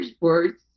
words